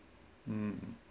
mm